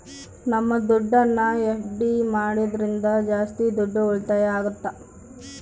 ನಮ್ ದುಡ್ಡನ್ನ ಎಫ್.ಡಿ ಮಾಡೋದ್ರಿಂದ ಜಾಸ್ತಿ ದುಡ್ಡು ಉಳಿತಾಯ ಆಗುತ್ತ